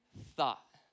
thought